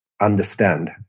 understand